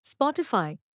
Spotify